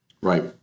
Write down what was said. Right